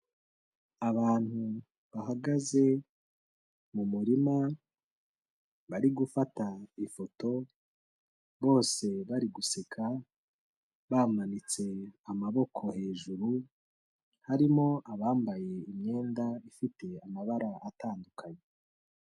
Abantu bahagaze mu murima, bari gufata ifoto, bose bari guseka, bamanitse amaboko hejuru, harimo abambaye imyenda ifite amabara atandukanye.